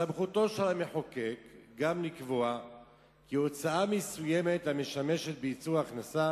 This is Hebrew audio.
בסמכותו של המחוקק לקבוע כי הוצאה מסוימת המשמשת בייצור הכנסה